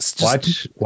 Watch